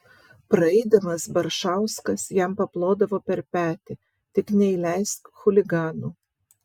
praeidamas baršauskas jam paplodavo per petį tik neįleisk chuliganų